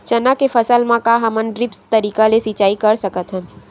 चना के फसल म का हमन ड्रिप तरीका ले सिचाई कर सकत हन?